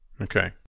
Okay